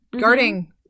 guarding